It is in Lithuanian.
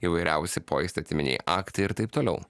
įvairiausi poįstatyminiai aktai ir taip toliau